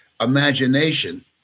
imagination